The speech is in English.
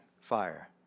fire